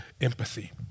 empathy